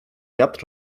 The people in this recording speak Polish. wiatr